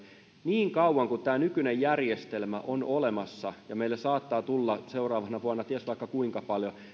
niin kauan kuin tämä nykyinen järjestelmä on olemassa ja meille saattaa tulla seuraavana vuonna ties vaikka kuinka paljon